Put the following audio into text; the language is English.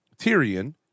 Tyrion